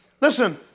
Listen